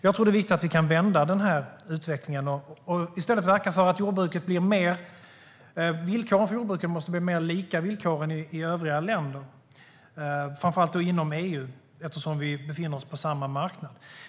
Det är viktigt att vi kan vända den utvecklingen och i stället verka för att villkoren för jordbruket blir mer lika villkoren i övriga länder. Det gäller framför allt inom EU, eftersom vi befinner oss på samma marknad.